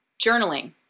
Journaling